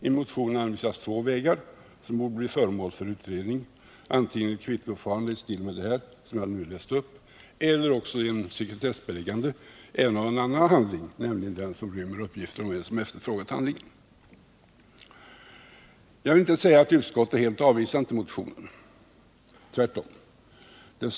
I motionen anvisas två vägar, som borde bli föremål för utredning — antingen ett kvittoförfarande i stil med vad jag nyss läste upp, eller också ett sekretessbeläggande av en annan handling, nämligen den som rymmer uppgifter om vem som efterfrågat den första handlingen. Jag vill inte säga att utskottet ställt sig helt avvisande till motionen, tvärtom.